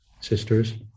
sisters